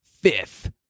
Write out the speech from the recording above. fifth